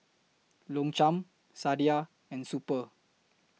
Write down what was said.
Longchamp Sadia and Super